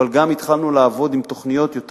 אבל גם התחלנו לעבוד עם תוכניות יותר